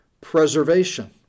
preservation